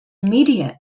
immediate